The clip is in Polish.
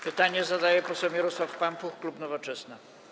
Pytanie zadaje poseł Mirosław Pampuch, klub Nowoczesna.